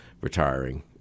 retiring